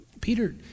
Peter